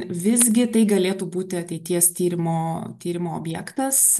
visgi tai galėtų būti ateities tyrimo tyrimo objektas